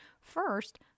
First